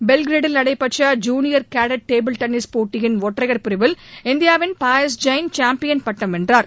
பெல்கிரேடில் நடைபெற்ற junior cadet table tennis போட்டியின் ஒற்றையர் பிரிவில் இந்தியாவின் பாயஸ் ஜெயின் சாம்பியன் பட்டம் வென்றார்